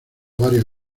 varios